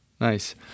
Nice